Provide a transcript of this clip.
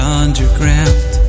underground